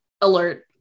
alert